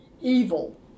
evil